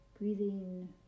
Breathing